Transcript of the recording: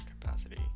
capacity